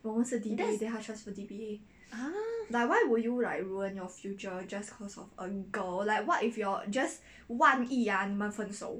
that's !huh!